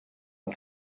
del